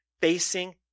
Facing